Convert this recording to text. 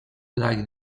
like